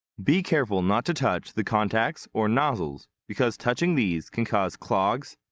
be careful not to touch the contacts or nozzles because touching these can cause clogs,